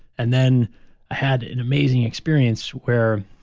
and then i had an amazing experience where,